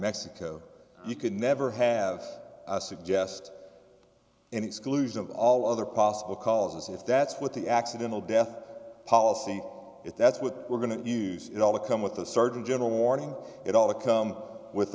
mexico you can never have a suggest an exclusion of all other possible causes if that's what the accidental death policy is that's what we're going to use it all to come with the surgeon general warning it all to come up with